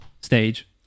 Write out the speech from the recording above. stage